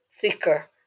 thicker